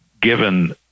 given